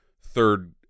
third